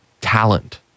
talent